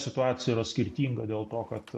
situacija yra skirtinga dėl to kad